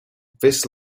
this